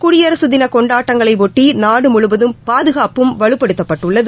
குடியரசுதினகொண்டாட்டங்களையொட்டிநாடுமுழுவதும் பாதுகாப்பும் வலுப்படுத்தப்பட்டுள்ளது